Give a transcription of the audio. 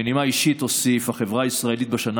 בנימה אישית אוסיף: החברה הישראלית עברה בשנה